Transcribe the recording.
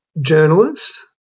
journalist